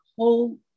Whole